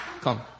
Come